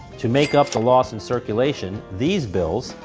to make up the loss in circulation, these bills,